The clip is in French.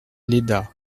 léda